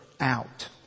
out